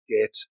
get